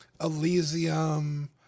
Elysium